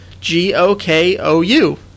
G-O-K-O-U